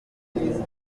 muduteze